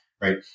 right